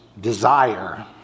desire